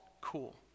cool